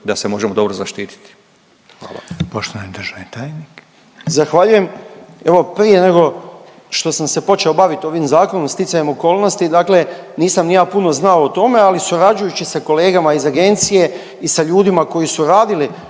da se možemo dobro zaštititi? Hvala. **Reiner, Željko (HDZ)** Poštovani državni tajnik. **Nekić, Darko** Zahvaljujem. Evo, prije nego što sam se počeo baviti ovim Zakonom, sticajem okolnosti dakle nisam ni ja puno znao o tome, ali surađujući sa kolegama iz agencije i sa ljudima koji su radili